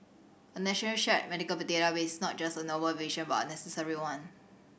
a national shared medical the database is not just a noble vision but a necessary one